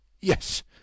yes